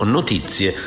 Notizie